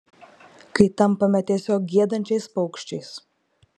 kai tampame tiesiog giedančiais paukščiais